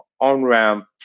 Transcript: on-ramp